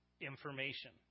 information